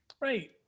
Right